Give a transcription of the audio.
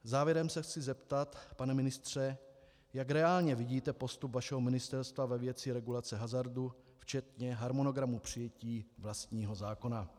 Závěrem se chci zeptat, pane ministře, jak reálně vidíte postup vašeho ministerstva ve věci regulace hazardu včetně harmonogramu přijetí vlastního zákona.